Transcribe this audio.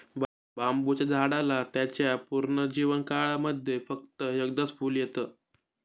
बांबुच्या झाडाला त्याच्या पूर्ण जीवन काळामध्ये फक्त एकदाच फुल येत